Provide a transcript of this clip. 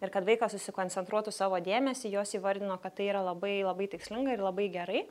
ir kad vaikas susikoncentruotų savo dėmesį jos įvardino kad tai yra labai labai tikslinga ir labai gerai